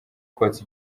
kotsa